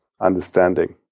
understanding